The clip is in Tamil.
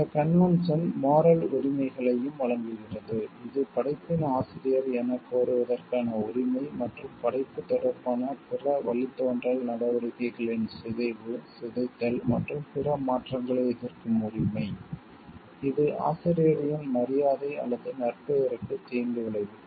இந்த கன்வென்ஷன் மோரல் உரிமைகளையும் வழங்குகிறது இது படைப்பின் ஆசிரியர் எனக் கோருவதற்கான உரிமை மற்றும் படைப்பு தொடர்பான பிற வழித்தோன்றல் நடவடிக்கைகளின் சிதைவு சிதைத்தல் மற்றும் பிற மாற்றங்களை எதிர்க்கும் உரிமை இது ஆசிரியரின் மரியாதை அல்லது நற்பெயருக்கு தீங்கு விளைவிக்கும்